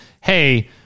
hey